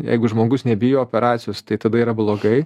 jeigu žmogus nebijo operacijos tai tada yra blogai